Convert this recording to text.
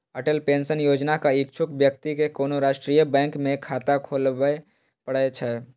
Atal pension योजनाक इच्छुक व्यक्ति कें कोनो राष्ट्रीय बैंक मे खाता खोलबय पड़ै छै